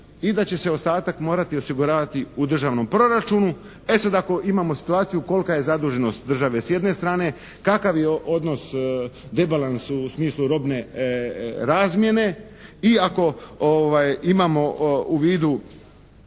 i da će se ostatak morati osiguravati u državnom proračunu. E sada ako imamo situaciju kolika je zaduženost države s jedne strane, kakav je odnos rebalansa u smislu robne razmjene i ako imamo u vidu